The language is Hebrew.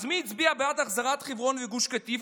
אז מי שהצביע בעד החזרת חברון וגוש קטיף,